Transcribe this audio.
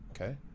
okay